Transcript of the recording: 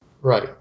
Right